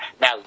Now